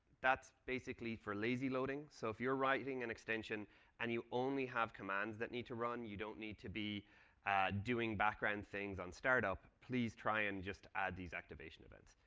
that's basically for lazy loading. so if you're writing an extension and you only have commands that need to run, you don't need to be doing background things on start-up, please try and just add these activation events.